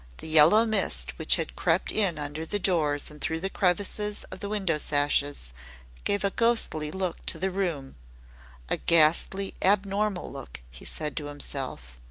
the yellow mist which had crept in under the doors and through the crevices of the window-sashes gave a ghostly look to the room a ghastly, abnormal look, he said to himself.